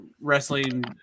wrestling